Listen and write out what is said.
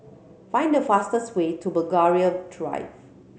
find the fastest way to Belgravia Drive